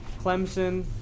Clemson